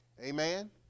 amen